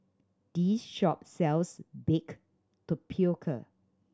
this shop sells baked tapioca